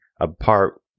apart